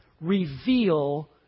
reveal